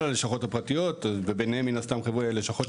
הלשכות הפרטיות וביניהן מן הסתם לשכות.